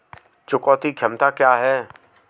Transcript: चुकौती क्षमता क्या है?